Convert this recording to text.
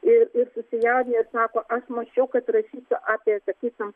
ir ir susijaudinę sako aš mačiau kad rašysiu apie sakysim